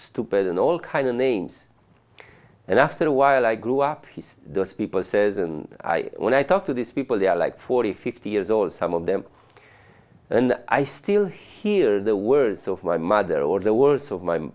stupid and all kinds of names and after a while i grew up here the people says and when i talk to these people they are like forty fifty years old some of them and i still hear the words of my mother or the words of my